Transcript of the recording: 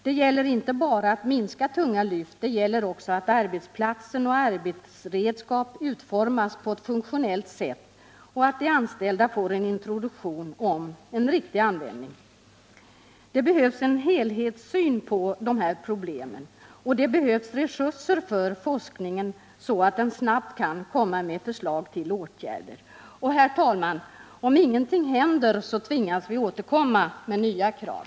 Det gäller inte bara att minska antalet tunga lyft, det gäller också att arbetsplatserna och arbetsredskapen utformas på ett funktionellt sätt och att de anställda får en introduktion om en riktig användning av redskapen. Det behövs en helhetssyn på de här problemen, och det behövs resurser för forskningen så att den snabbt kan komma fram till förslag till åtgärder. Herr talman! Om ingenting händer på det här området, så tvingas vi återkomma med nya krav.